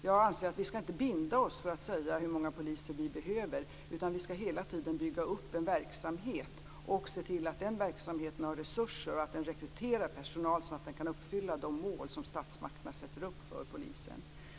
Jag anser att vi inte skall binda oss för att säga hur många poliser vi behöver utan vi skall hela tiden bygga upp en verksamhet och se till att den verksamheten har resurser och att den rekryterar personal så att den kan uppfylla de mål som statsmakterna sätter upp för polisen.